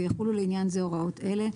ויחולו לעניין זה הוראות אלה: